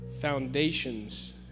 foundations